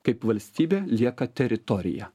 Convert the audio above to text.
kaip valstybė lieka teritorija